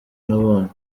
nabonye